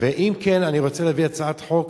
ואם כן, אני רוצה להביא הצעת חוק,